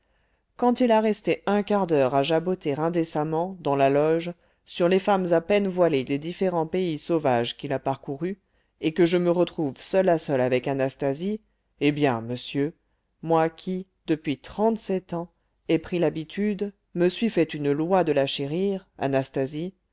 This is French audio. quand il a resté un quart d'heure à jaboter indécemment dans la loge sur les femmes à peine voilées des différents pays sauvages qu'il a parcourus et que je me retrouve seul à seul avec anastasie eh bien monsieur moi qui depuis trente-sept ans ai pris l'habitude me suis fait une loi de la chérir anastasie